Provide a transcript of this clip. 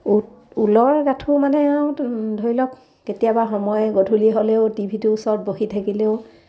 ঊলৰ গাঁঠো মানে আৰু ধৰি লওক কেতিয়াবা সময় গধূলি হ'লেও টি ভিটো ওচৰত বহি থাকিলেও